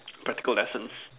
practical lessons